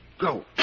Go